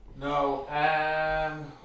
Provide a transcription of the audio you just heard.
No